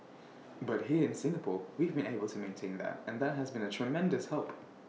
but here in Singapore we've been able to maintain that and that has been A tremendous help